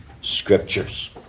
Scriptures